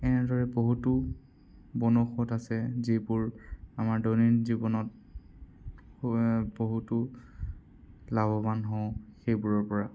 এনেদৰে বহুতো বন ঔষধ আছে যিবোৰ আমাৰ দৈনন্দিন জীৱনত বহুতো লাভৱান হওঁ সেইবোৰৰ পৰা